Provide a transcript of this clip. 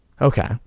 Okay